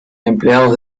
empleados